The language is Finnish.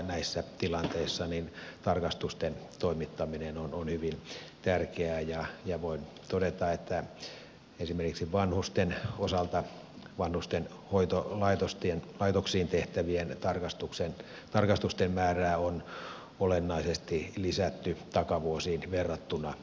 näissä tilanteissa tarkastusten toimittaminen on hyvin tärkeää ja voin todeta että esimerkiksi vanhusten osalta vanhusten hoitolaitoksiin tehtävien tarkastusten määrää on olennaisesti lisätty takavuosiin verrattuna